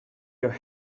your